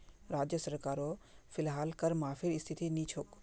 राज्य सरकारो फिलहाल कर माफीर स्थितित नी छोक